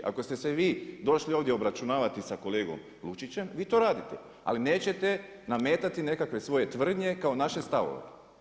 Ako ste se vi došli ovdje obračunavati sa kolegom Lučićem, vi to radite ali neće nametati nekakve svoje tvrdnje kao naše stavove.